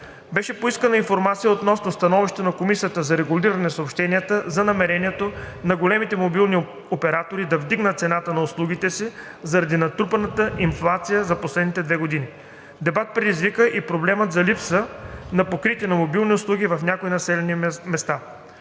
Беше поискана информация относно становището на Комисията за регулиране на съобщенията за намерението на големите мобилни оператори да вдигнат цената на услугите си заради натрупаната инфлация за последните две години. Дебат предизвика и проблемът за липсата на покритие на мобилни услуги в някои населени места.